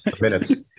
minutes